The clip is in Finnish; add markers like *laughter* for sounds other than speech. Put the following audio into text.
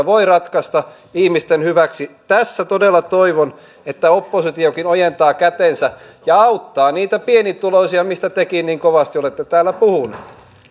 *unintelligible* voi ratkaista ihmisten hyväksi tässä todella toivon että oppositiokin ojentaa kätensä ja auttaa niitä pienituloisia mistä tekin niin kovasti olette täällä puhuneet